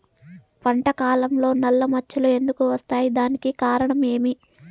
పంట కాలంలో నల్ల మచ్చలు ఎందుకు వస్తాయి? దానికి కారణం ఏమి?